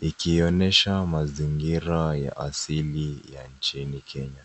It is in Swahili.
ikionyesha mazingira ya asili ya nchini Kenya.